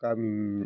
गामिनि